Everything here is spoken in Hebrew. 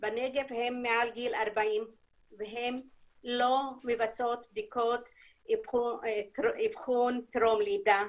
בנגב הן מעל גיל 40 והן לא מבצעות בדיקות אבחון טרום לידה,